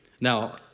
Now